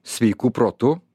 sveiku protu